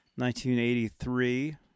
1983